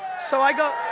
so i go,